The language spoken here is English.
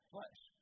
Flesh